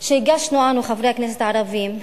שהגשנו אנו, חברי הכנסת הערבים,